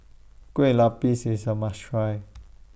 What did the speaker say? Kueh Lupis IS A must Try